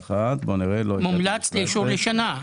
מומלץ אישור לשנה.